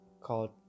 called